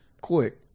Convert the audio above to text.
Quick